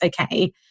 okay